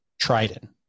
Trident